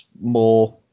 more